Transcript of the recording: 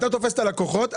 אתה תופס אתה לקוחות,